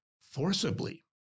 forcibly